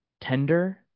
tender